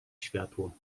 światło